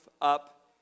up